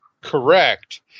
Correct